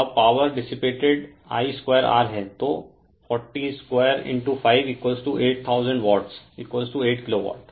अब power dissipated I2R है तो 40258000 वाट 8 किलोवाट